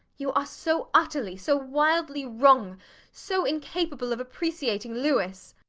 you are so utterly, so wildly wrong so incapable of appreciating louis